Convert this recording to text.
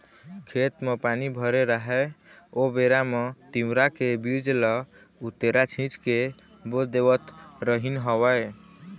खेत म पानी भरे राहय ओ बेरा म तिंवरा के बीज ल उतेरा छिंच के बो देवत रिहिंन हवँय